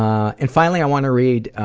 um and finally i wanna read, ah,